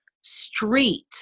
street